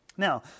Now